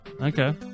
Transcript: Okay